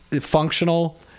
Functional